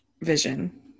vision